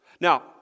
Now